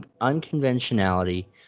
Unconventionality